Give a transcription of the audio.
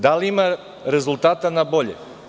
Da li ima rezultata ne bolje?